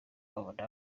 abona